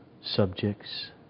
subjects